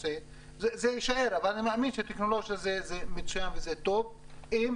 זה יישאר אבל אני מאמין שהטכנולוגיה הזאת היא מצוינת והיא טובה אם